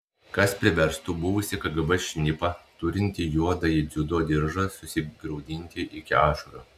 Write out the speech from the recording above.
kas priverstų buvusį kgb šnipą turintį juodąjį dziudo diržą susigraudinti iki ašarų